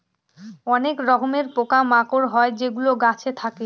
অনেক রকমের পোকা মাকড় হয় যেগুলো গাছে থাকে